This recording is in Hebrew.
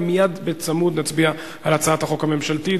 ומייד בצמוד נצביע על הצעת החוק הממשלתית.